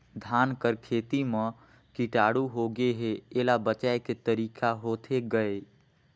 धान कर खेती म कीटाणु होगे हे एला बचाय के तरीका होथे गए?